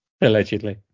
Allegedly